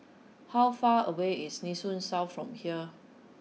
how far away is Nee Soon South from here